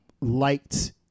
liked